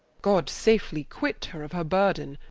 god safely quit her of her burthen,